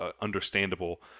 understandable